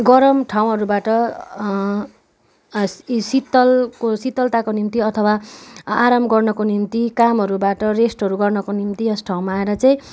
गरम ठाउँहरूबाट शितलको शितलताको निम्ति अथवा आराम गर्नको निम्ति कामहरूबाट रेस्टहरू गर्नको निम्ति यस ठउँमा आएर चाहिँ